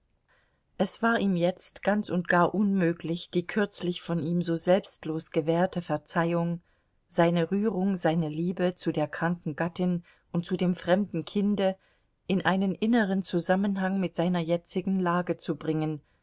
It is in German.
es war ihm jetzt ganz und gar unmöglich die kürzlich von ihm so selbstlos gewährte verzeihung seine rührung seine liebe zu der kranken gattin und zu dem fremden kinde in einen inneren zusammenhang mit seiner jetzigen lage zu bringen